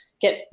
get